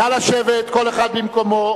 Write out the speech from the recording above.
נא לשבת כל אחד במקומו.